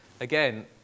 Again